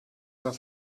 auf